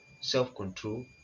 self-control